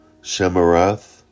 Shemarath